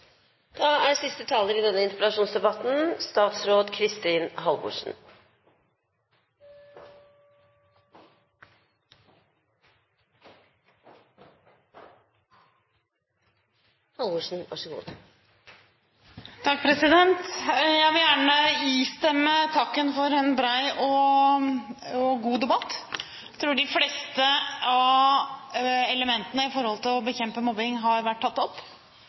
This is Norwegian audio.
Jeg vil gjerne istemme takken for en bred og god debatt. Jeg tror de fleste av elementene for å bekjempe mobbing har vært tatt opp.